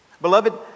Beloved